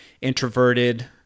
introverted